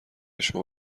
شما